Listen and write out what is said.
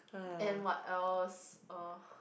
and what else uh